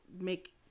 make